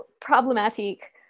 problematic